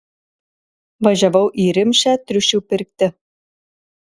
važiavau į rimšę triušių pirkti